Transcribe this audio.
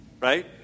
right